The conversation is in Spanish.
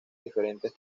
diferentes